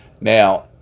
Now